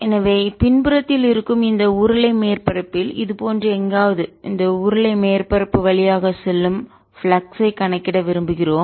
எனவே பின்புறத்தில் இருக்கும் இந்த உருளை மேற்பரப்பில் இதுபோன்ற எங்காவது இந்த உருளை மேற்பரப்பு வழியாக செல்லும் பிளக்ஸ் ஐ பாய்வு கணக்கிட விரும்புகிறோம்